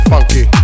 Funky